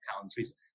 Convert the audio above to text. countries